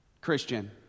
Christian